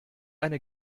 eine